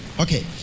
Okay